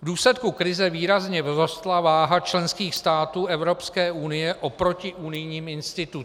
V důsledku krize výrazně vzrostla váha členských států Evropské unie oproti unijním institucím.